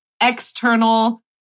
external